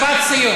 הנה, משפט סיום.